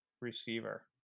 receiver